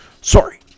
sorry